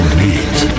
meet